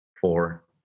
Four